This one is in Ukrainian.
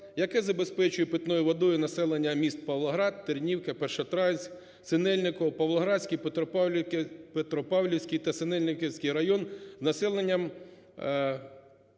яке забезпечує питною водою населення міст Павлоград, Тернівка, Першотравенськ, Синельниково, Павлоградський, Петропавлівський та Синельниківській район населенням